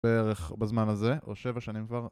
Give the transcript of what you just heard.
בערך בזמן הזה או שבע שנים כבר